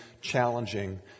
challenging